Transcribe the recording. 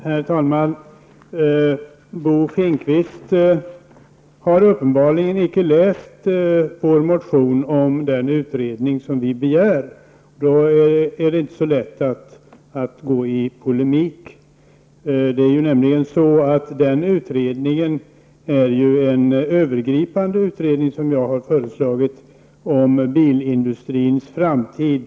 Herr talman! Bo Finnkvist har uppenbarligen icke läst vår motion om den utredning som vi begär. Då är det inte så lätt att gå i polemik. Den utredning jag har föreslagit är en övergripande utredning om bilindustrins framtid.